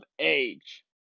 age